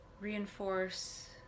reinforce